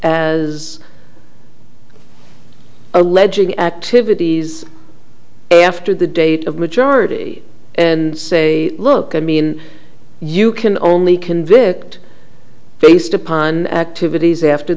as alleging activities after the date of maturity and say look i mean you can only convict based upon activities after